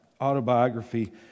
autobiography